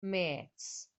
mêts